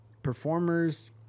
performers